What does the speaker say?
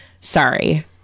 sorry